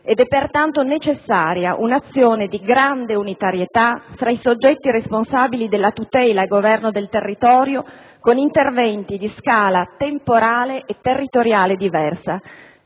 ed è pertanto necessaria un'azione di grande unitarietà fra i soggetti responsabili della tutela e del governo del territorio, con interventi di scala temporale e territoriale diversa.